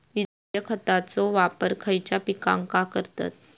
विद्राव्य खताचो वापर खयच्या पिकांका करतत?